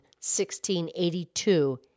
1682